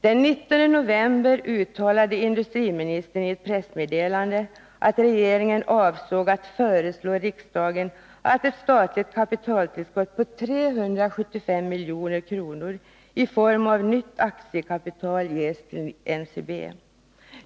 Den 19 november uttalade industriministern i ett pressmeddelande att regeringen avsåg att föreslå riksdagen att ett statligt kapitaltillskott på 375 milj.kr. i form av nytt aktiekapital ges till NCB.